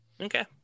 Okay